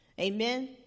Amen